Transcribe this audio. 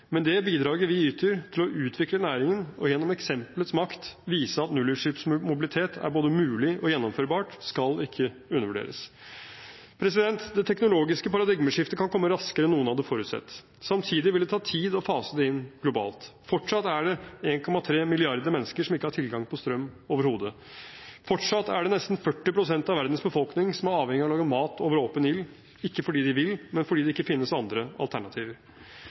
men det bidraget vi yter for å utvikle næringen og gjennom eksemplets makt vise at nullutslippsmobilitet er både mulig og gjennomførbart, skal ikke undervurderes. Det teknologiske paradigmeskiftet kan komme raskere enn noen hadde forutsett. Samtidig vil det ta tid å fase det inn globalt. Fortsatt er det 1,3 milliarder mennesker som overhodet ikke har tilgang på strøm. Fortsatt er det nesten 40 pst. av verdens befolkning som er avhengig av å lage mat over åpen ild, ikke fordi de vil, men fordi det ikke finnes andre alternativer.